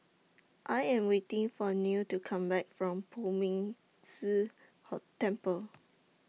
I Am waiting For Neal to Come Back from Poh Ming Tse Hall Temple